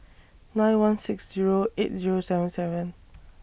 nine one six Zero eight Zero seven seven